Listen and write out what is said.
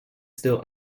still